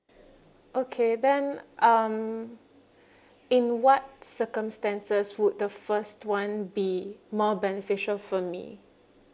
okay then um in what circumstances would the first one be more beneficial for me